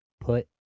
put